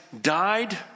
died